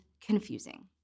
confusing